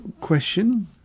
question